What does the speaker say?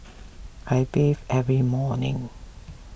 I bathe every morning